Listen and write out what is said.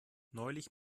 neulich